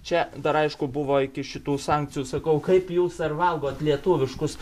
čia dar aišku buvo iki šitų sankcijų sakau kaip jūs ar valgot lietuviškus